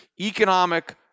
economic